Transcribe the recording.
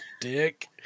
dick